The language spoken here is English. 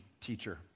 teacher